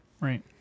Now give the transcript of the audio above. Right